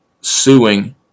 suing